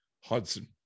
Hudson